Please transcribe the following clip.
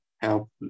help